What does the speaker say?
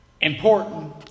important